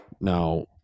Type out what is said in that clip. Now